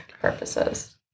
purposes